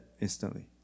instantly